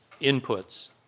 inputs